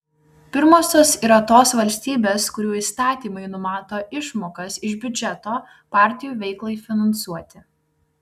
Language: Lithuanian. pirmosios yra tos valstybės kurių įstatymai numato išmokas iš biudžeto partijų veiklai finansuoti